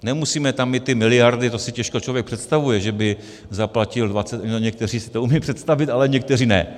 Nemusíme tam mít ty miliardy, to si těžko člověk představuje, že by zaplatil dvacet někteří si to umí představit, ale někteří ne.